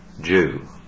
Jew